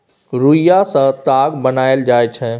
रुइया सँ ताग बनाएल जाइ छै